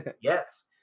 Yes